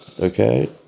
okay